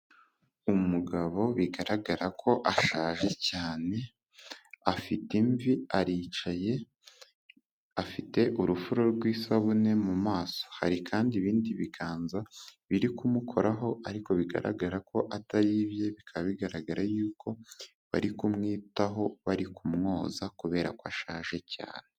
Umugabo bigaragara ko ashaje cyane afite imvi aricaye afite urufura rw'isabune mu maso, hari kandi ibindi biganza biri kumukoraho ariko bigaragara ko atari ibye, bikaba bigaragara yuko bari kumwitaho, bari kumwoza, kubera ko ashaje cyane.